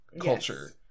culture